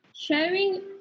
sharing